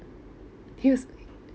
he was